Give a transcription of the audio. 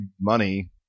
money